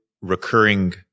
recurring